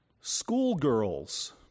schoolgirls